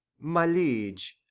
my liege,